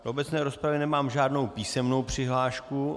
Do obecné rozpravy nemám žádnou písemnou přihlášku.